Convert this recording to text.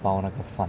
包那个饭